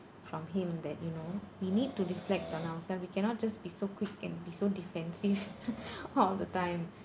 from him that you know we need to reflect on ourselves we cannot just be so quick and be so defensive all the time